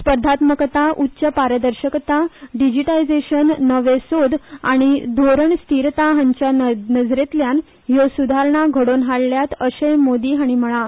स्पार्धात्मकता उच्चपारदर्शकता डिजीटायझेशन नवे सोद आनी धोरण स्थिरताय हांचे नदरेंतल्यान ह्यो सुदारणा घडोवन हाडल्यात अशेंय मोदी हांणी म्हणलां